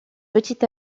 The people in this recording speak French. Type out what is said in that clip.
petit